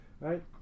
right